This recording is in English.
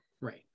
right